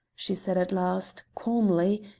she said at last, calmly,